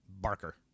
Barker